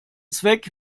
zweck